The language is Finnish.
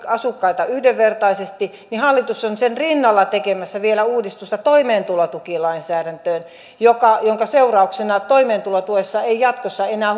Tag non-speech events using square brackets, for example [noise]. asukkaita yhdenvertaisesti ja hallitus on sen rinnalla tekemässä vielä uudistusta toimeentulotukilainsäädäntöön jonka seurauksena toimeentulotuessa ei jatkossa enää [unintelligible]